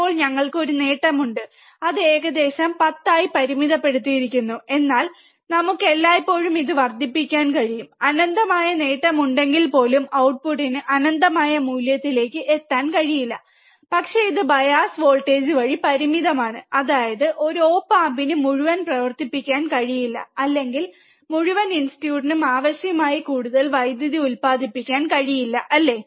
ഇപ്പോൾ ഞങ്ങൾക്ക് ഒരു നേട്ടമുണ്ട് അത് ഏകദേശം 10 ആയി പരിമിതപ്പെടുത്തിയിരിക്കുന്നു എന്നാൽ നമുക്ക് എല്ലായ്പ്പോഴും ഇത് വർദ്ധിപ്പിക്കാൻ കഴിയും അനന്തമായ നേട്ടമുണ്ടെങ്കിൽപ്പോലും ഔട്ട്പുട്ടിന് അനന്തമായ മൂല്യത്തിലേക്ക് എത്താൻ കഴിയില്ല പക്ഷേ ഇത് ബയാസ് വോൾട്ടേജ് വഴി പരിമിതമാണ് അതായത് ഒരു ഒപ് ആമ്പിന് മുഴുവൻ പവർ പ്രവർത്തിപ്പിക്കാൻ കഴിയില്ല അല്ലെങ്കിൽ മുഴുവൻ ഇൻസ്റ്റിറ്റ്യൂട്ടിനും ആവശ്യമായ കൂടുതൽ വൈദ്യുതി ഉൽപ്പാദിപ്പിക്കാൻ കഴിയില്ല അല്ലേ